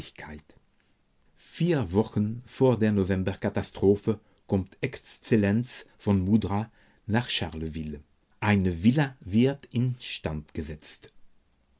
vier wochen vor der novemberkatastrophe kommt exzellenz v mudra nach charleville eine villa wird instand gesetzt